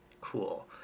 Cool